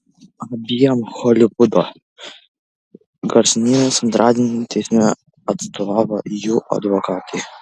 abiem holivudo garsenybėms antradienį teisme atstovavo jų advokatai